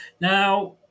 Now